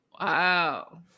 Wow